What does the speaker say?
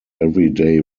everyday